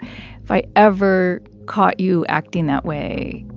if i ever caught you acting that way,